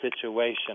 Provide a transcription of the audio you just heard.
situation